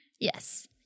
Yes